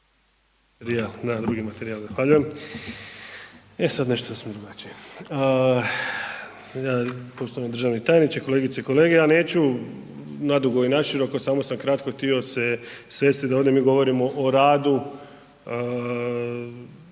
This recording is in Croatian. Stjepan (HNS)** Zahvaljujem. E sad nešto smo …/nerazumljivo/… ja, poštovani državni tajniče, kolegice i kolege ja neću nadugo i naširoko samo sam kratko htio se svesti da ovdje mi govorimo o radu,